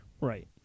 Right